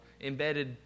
embedded